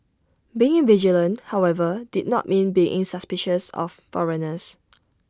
being vigilant however did not mean being suspicious of foreigners